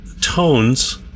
tones